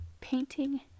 painting